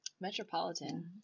metropolitan